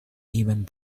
even